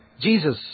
Jesus